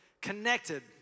connected